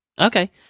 Okay